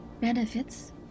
benefits